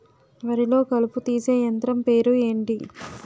వరి లొ కలుపు తీసే యంత్రం పేరు ఎంటి?